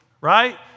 Right